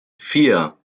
vier